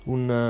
un